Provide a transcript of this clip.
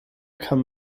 kann